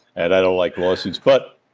and i don't like lawsuits. but,